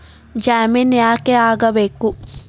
ಜಾಮಿನ್ ಯಾಕ್ ಆಗ್ಬೇಕು?